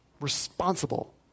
responsible